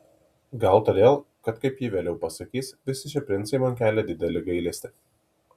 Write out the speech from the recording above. gal todėl kad kaip ji vėliau pasakys visi šie princai man kelia didelį gailestį